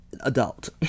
adult